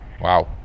Wow